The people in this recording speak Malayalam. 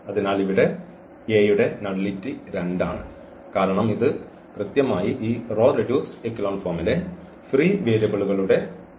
അതിനാൽ ഇവിടെ A യുടെ നള്ളിറ്റി 2 ആണ് കാരണം ഇത് കൃത്യമായി ഈ റോ റെഡ്യൂസ്ഡ് എക്കലൻ ഫോമിലെ ഫ്രീ വേരിയബിളുകളുടെ എണ്ണം ആണ്